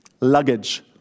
Luggage